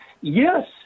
Yes